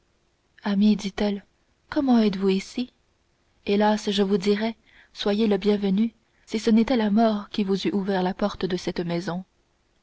ami dit-elle comment êtes-vous ici hélas je vous dirais soyez le bienvenu si ce n'était pas la mort qui vous eût ouvert la porte de cette maison